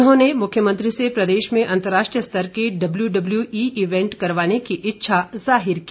उन्होंने मुख्यमंत्री से प्रदेश में अंतरराष्ट्रीय स्तर के डब्ल्यू डब्ल्यू ई इवेंट करवाने की इच्छा जाहिर की